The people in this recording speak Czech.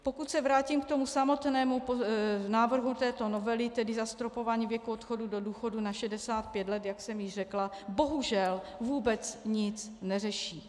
Pokud se vrátím k samotnému návrhu této novely, tedy zastropování věku odchodu do důchodu na 65 let, jak jsem již řekla, bohužel vůbec nic neřeší.